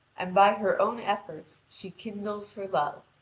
and by her own efforts she kindles her love,